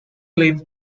live